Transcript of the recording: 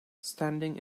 standing